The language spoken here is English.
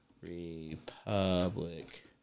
Republic